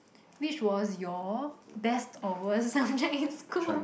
which was your best or worst subject in school